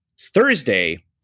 Thursday